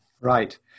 right